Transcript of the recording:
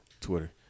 Twitter